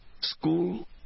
school